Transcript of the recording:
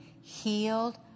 healed